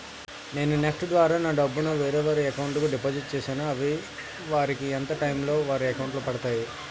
నేను నెఫ్ట్ ద్వారా నా డబ్బు ను వేరే వారి అకౌంట్ కు డిపాజిట్ చేశాను అవి వారికి ఎంత టైం లొ వారి అకౌంట్ లొ పడతాయి?